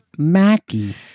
Mackie